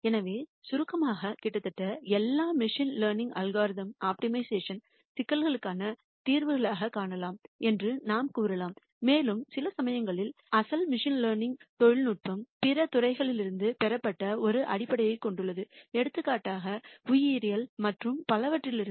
எனவே சுருக்கமாக கிட்டத்தட்ட எல்லா மெஷின் லேர்னிங் அல்காரிதம்ஸ் ஆப்டிமைசேஷன் சிக்கல்களுக்கான தீர்வுகளாகக் காணலாம் என்று நாம் கூறலாம் மேலும் சில சமயங்களில் அசல் மெஷின் லேர்னிங் நுட்பம் பிற துறைகளிலிருந்து பெறப்பட்ட ஒரு அடிப்படையைக் கொண்டுள்ளது எடுத்துக்காட்டாக உயிரியல் மற்றும் பலவற்றிலிருந்து